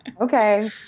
Okay